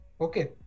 okay